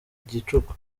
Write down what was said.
gicuku